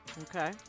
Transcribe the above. Okay